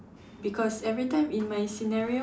because every time in my scenario